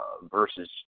versus